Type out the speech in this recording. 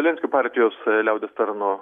zelenskio partijos liaudies tarno